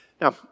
Now